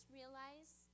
realize